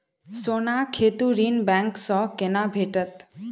सोनाक हेतु ऋण बैंक सँ केना भेटत?